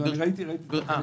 ראיתי, ראיתי.